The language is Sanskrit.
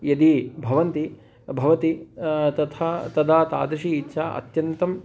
यदि भवति भवति तथा तदा तादृशी इच्छा अत्यन्तम्